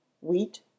Wheat